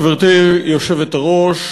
גברתי היושבת-ראש,